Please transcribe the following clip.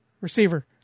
receiver